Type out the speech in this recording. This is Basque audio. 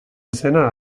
izena